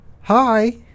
hi